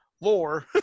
lore